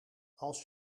als